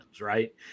right